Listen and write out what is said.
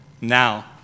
now